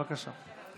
בבקשה.